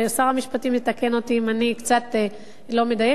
שר המשפטים יתקן אותי אם אני קצת לא מדייקת,